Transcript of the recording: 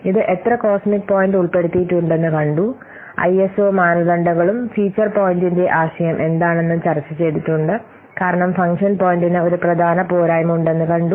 ഇത് എത്ര cosmic point ഉൾപ്പെടുത്തിയിട്ടുണ്ടെന്ന് കണ്ടു ഐഎസ്ഒ മാനദണ്ഡങ്ങളും ഫീച്ചർ പോയിന്റിന്റെ ആശയം എന്താണെന്ന് ചർച്ച ചെയ്തിട്ടുണ്ട് കാരണം ഫംഗ്ഷൻ പോയിന്റിന് ഒരു പ്രധാന പോരായ്മ ഉണ്ടെന്ന് കണ്ടു